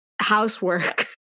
housework